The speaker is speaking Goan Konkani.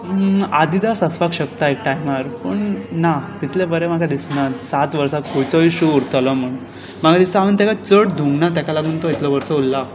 आदिदास आसपाक शकता एक टायमार पूण ना तितले बरे म्हाका दिसना सात वर्सां खंयचोय शू उरतोलो म्हूण म्हाका दिसता हांवें ताका चड धुवंक ना ताका लागून तो इतलो वर्स उल्ला